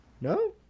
No